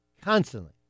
Constantly